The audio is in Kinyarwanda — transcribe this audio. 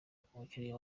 umukinnyi